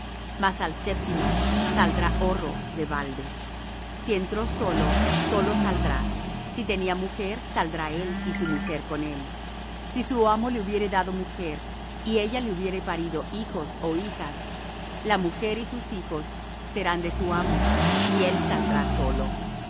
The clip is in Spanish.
mas al séptimo saldrá horro de balde si entró solo solo saldrá si tenía mujer saldrá él y su mujer con él si su amo le hubiere dado mujer y ella le hubiere parido hijos ó hijas la mujer y sus hijos serán de su amo y él saldrá solo